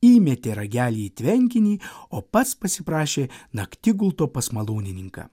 įmetė ragelį į tvenkinį o pats pasiprašė naktigulto pas malūnininką